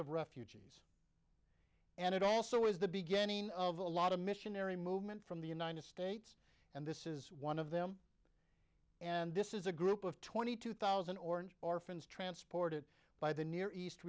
of refugees and it also is the beginning of a lot of missionary movement from the united states and this is one of them and this is a group of twenty two thousand or in orphans transported by the nea